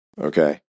Okay